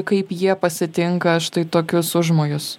kaip jie pasitinka štai tokius užmojus